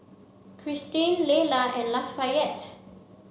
Kristin Leyla and Lafayette